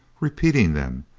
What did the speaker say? repeating them,